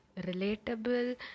relatable